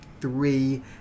three